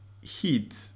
heat